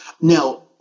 Now